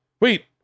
wait